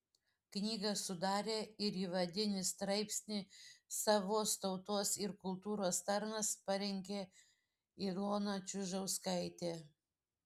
knygą sudarė ir įvadinį straipsnį savos tautos ir kultūros tarnas parengė ilona čiužauskaitė